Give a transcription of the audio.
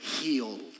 healed